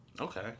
okay